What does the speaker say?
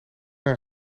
naar